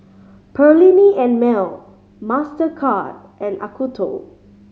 Perllini and Mel Mastercard and Acuto